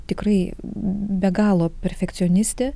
tikrai be galo perfekcionistė